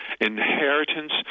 inheritance